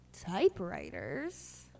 typewriters